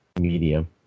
medium